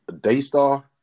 Daystar